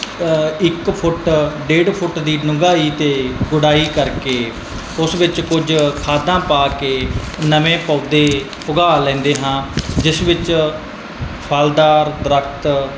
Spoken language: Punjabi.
ਇਕ ਫੁੱਟ ਡੇਢ ਫੁੱਟ ਦੀ ਡੂੰਘਾਈ ਅਤੇ ਗੁਡਾਈ ਕਰਕੇ ਉਸ ਵਿੱਚ ਕੁਝ ਖਾਦਾਂ ਪਾ ਕੇ ਨਵੇਂ ਪੌਦੇ ਉਘਾ ਲੈਂਦੇ ਹਾਂ ਜਿਸ ਵਿੱਚ ਫਲਦਾਰ ਦਰੱਖਤ